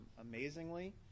amazingly